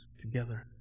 together